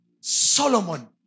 Solomon